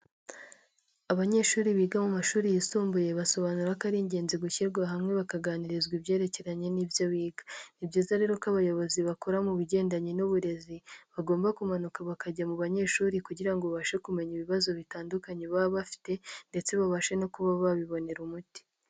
Abanyeshuri biga mu mashuri yisumbuye basobanura ko ari ingenzi gushyirwa hamwe bakaganirizwa ibyerekeranye n'ibyo biga, ni byiza rero ko abayobozi bakora mu bigendanye n'uburezi bagomba kumanuka bakajya mu banyeshuri kugira ngo babashe kumenya ibibazo bitandukanye baba bafite ndetse babashe no kuba babibonera umuti.